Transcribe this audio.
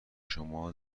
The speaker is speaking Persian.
شما